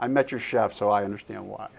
i met your chef so i understand wh